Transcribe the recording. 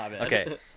Okay